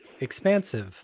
expansive